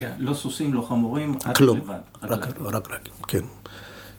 כן, לא סוסים, לא חמורים, רק לבד. כלום, רק רגע, כן.